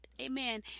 amen